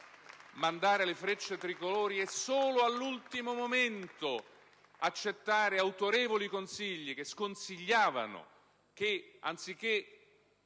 Mandare le Frecce tricolori, e solo all'ultimo momento accettare autorevoli consigli che sconsigliavano che, anziché